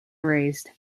raised